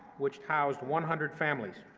which housed one hundred families.